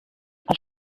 als